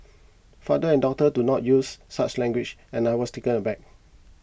fathers and daughters do not use such language and I was taken aback